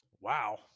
Wow